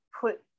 put